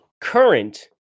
current